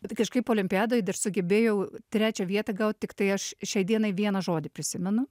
bet tai kažkaip olimpiadoj dar sugebėjau trečią vietą gal tiktai aš šiai dienai vieną žodį prisimenu